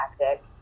tactic